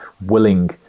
willing